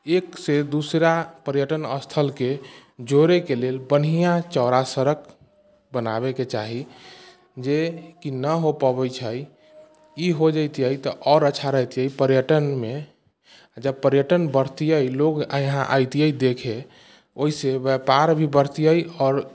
एकसँ दूसरा पर्यटन स्थलके जोड़यके लेल बन्हिया चौड़ा सड़क बनाबयके चाही जेकि ना हो पबैत छै ई हो जैतियै तऽ आओर अच्छा रहितै पर्यटनमे जब पर्यटन बढ़तियै लोग यहाँ अयतियै देखय ओहिसे व्यापार भी बढ़तियै आओर